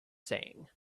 saying